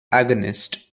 agonist